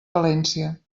valència